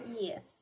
Yes